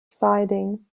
siding